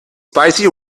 spicy